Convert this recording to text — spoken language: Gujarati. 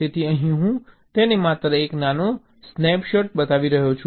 તેથી અહીં હું તેને માત્ર એક નાનો સ્નેપ શોટ બતાવી રહ્યો છું